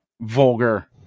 vulgar